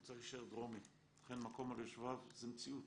הוא צריך להישאר דרומי חן המקום על יושביו זה מציאות,